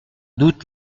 doute